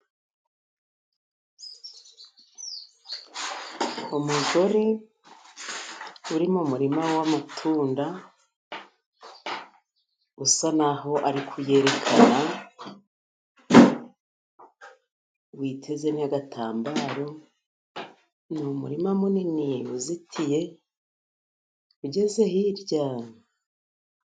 Umugore uri mu murima w'amatunda usa naho ari kuyerekana, yiteze n'agatambaro. Ni umurima munini uzitiye ugeze hirya.